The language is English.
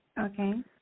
Okay